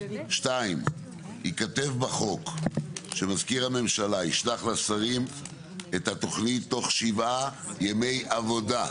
2. ייכתב בחוק שמזכיר הממשלה ישלח לשרים את התוכנית תוך שבעה ימי עבודה,